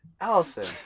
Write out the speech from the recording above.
Allison